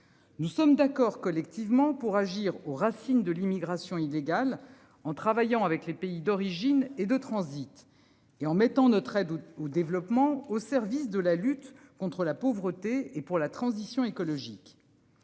Nous sommes d'accord, collectivement pour agir aux racines de l'immigration illégale en travaillant avec les pays d'origine et de transit. Et en mettant de très doux au développement, au service de la lutte contre la pauvreté et pour la transition écologique.